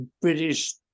British